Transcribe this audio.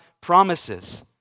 promises